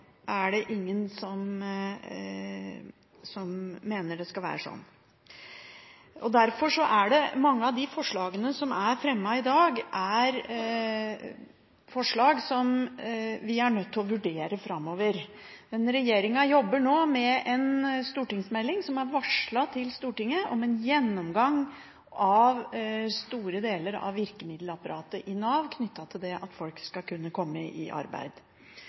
Det er ingen som mener at det skal være sånn at noen som ønsker, kan og vil i jobb, ikke får tilstrekkelig hjelp – med helseproblemer, kompetansemangel – eller andre tiltak for å komme i arbeid. Derfor er mange at de forslagene som er fremmet i dag, forslag som vi framover er nødt til å vurdere. Men regjeringen jobber nå med en stortingsmelding som er varslet til Stortinget, om en gjennomgang av store deler av